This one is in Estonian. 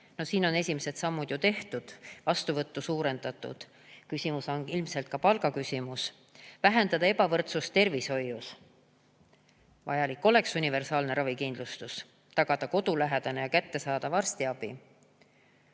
No siin on esimesed sammud ju tehtud, vastuvõttu on suurendatud. Küsimus on ilmselt ka palgaküsimus. "Vähendada ebavõrdsust tervishoius" – vajalik oleks universaalne ravikindlustus. "Tagada kodulähedane ja kättesaadav arstiabi"